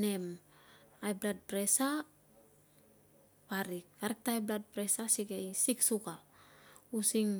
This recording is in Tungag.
nem high blood pressure parik parik ta high blood pressure gei sick sugar using.